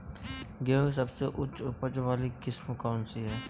गेहूँ की सबसे उच्च उपज बाली किस्म कौनसी है?